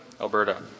Alberta